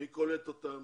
מי קולט אותם